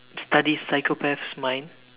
study Psychopath's minds